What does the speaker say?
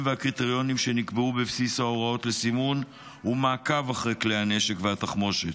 והקריטריונים שנקבעו בבסיס ההוראות לסימון ומעקב אחרי כלי הנשק והתחמושת.